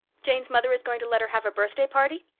jane's mother is going to let her have a birthday party?